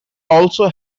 also